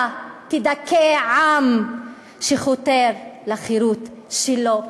אתה תדכא עם שחותר לחירות שלו.